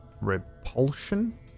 repulsion